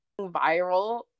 viral